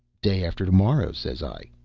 day after to-morrow, says i.